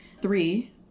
Three